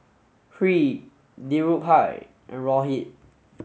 Hri Dhirubhai and Rohit